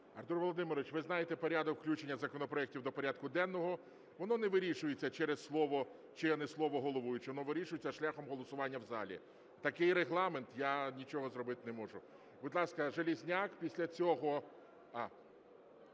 Артур Володимирович, ви знаєте порядок включення законопроектів до порядку денного. Воно не вирішується через слово чи не слово головуючого, воно вирішується шляхом голосування в залі. Такий регламент, я нічого зробити не можу. Будь ласка, Железняк, після цього...